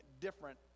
different